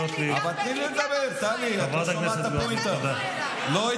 תני לי, תני לי, לא,